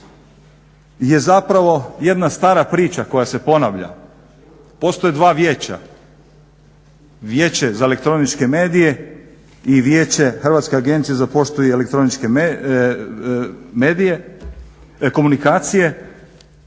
je zapravo jedna stara priča koja se ponavlja. Postoje dva vijeća, Vijeće za elektroničke medije i Vijeće Hrvatske agencije za poštu i elektroničke komunikacije